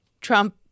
Trump